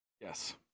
Yes